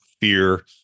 fear